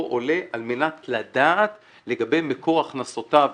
עולה על מנת לדעת לגבי מקור הכנסותיו.